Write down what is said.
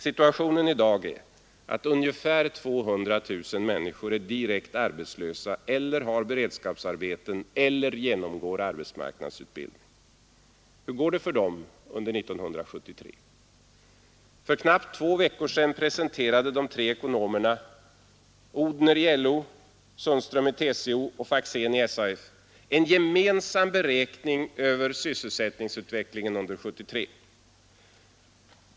Situationen i dag är att ungefär 200 000 människor är direkt arbetslösa eller har beredskapsarbeten eller genomgår arbetsmarknadsutbildning. Hur går det för dem under 1973? För knappt två veckor sedan presenterade de tre ekonomerna Odhner i LO, Sundström i TCO och Faxén i SAF en gemensam beräkning över sysselsättningsutvecklingen 1973.